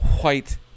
White